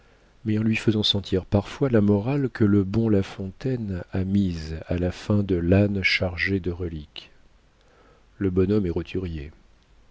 mais en lui faisant sentir parfois la morale que le bon la fontaine a mise à la fin de l'ane chargé de reliques le bonhomme est roturier